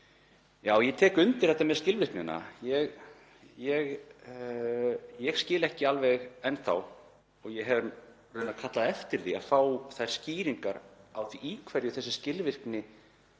Ég tek undir þetta með skilvirknina. Ég skil ekki alveg enn þá og ég hef raunar kallað eftir því að fá skýringar á því í hverju þessi skilvirkni